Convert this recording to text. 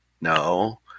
no